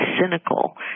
cynical